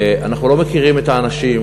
אנחנו לא מכירים את האנשים,